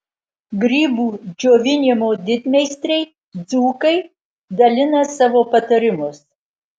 grybų džiovinimo didmeistriai dzūkai dalina savo patarimus